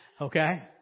okay